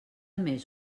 més